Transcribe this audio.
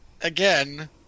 Again